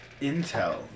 intel